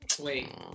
Wait